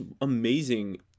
amazing